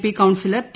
P councillor T